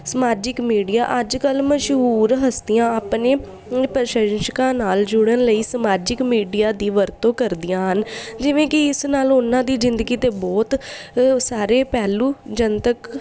ਸਮਾਜਿਕ ਮੀਡੀਆ ਅੱਜ ਕੱਲ੍ਹ ਮਸ਼ਹੂਰ ਹਸਤੀਆਂ ਆਪਣੇ ਉਨ ਪ੍ਰਸ਼ੰਸ਼ਕਾਂ ਨਾਲ ਜੁੜਨ ਲਈ ਸਮਾਜਿਕ ਮੀਡੀਆ ਦੀ ਵਰਤੋਂ ਕਰਦੀਆਂ ਹਨ ਜਿਵੇਂ ਕਿ ਇਸ ਨਾਲ ਉਹਨਾਂ ਦੀ ਜ਼ਿਦਗੀ ਦੇ ਬਹੁਤ ਸਾਰੇ ਪਹਿਲੂ ਜਨਤਕ